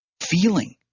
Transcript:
feeling